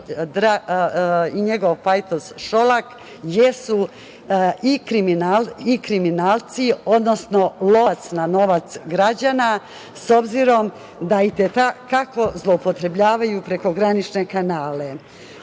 i njegov pajtos Šolak jesu i kriminalci, odnosno lovac na novac građana, s obzirom na to da i te kako zloupotrebljavaju prekogranične kanale. Ono